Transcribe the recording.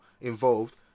involved